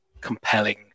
compelling